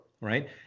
right